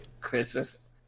Christmas